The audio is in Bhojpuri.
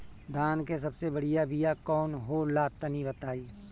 धान के सबसे बढ़िया बिया कौन हो ला तनि बाताई?